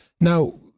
Now